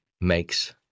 makes